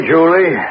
Julie